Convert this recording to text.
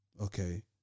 okay-